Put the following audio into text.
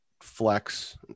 flex